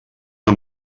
una